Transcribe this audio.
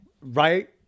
right